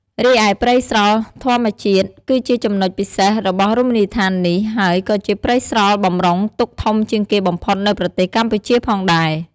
រីឯព្រៃស្រល់ធម្មជាតិគឺជាចំណុចពិសេសរបស់រមណីយដ្ឋាននេះ ហើយក៏ជាព្រៃស្រល់បំរុងទុកធំជាងគេបំផុតនៅប្រទេសកម្ពុជាផងដែរ។